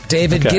David